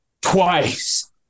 twice